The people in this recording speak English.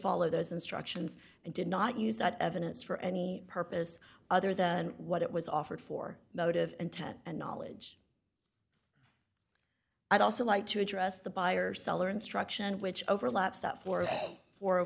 follow those instructions and did not use that evidence for any purpose other than what it was offered for motive and ted knowledge i'd also like to address the buyer seller instruction which overlaps that for for